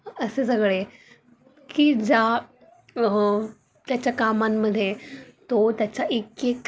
असे सगळे की ज्या त्याच्या कामांमध्ये तो त्याचा एकेक